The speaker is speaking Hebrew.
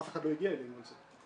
אף אחד לא הגיע אלינו על זה.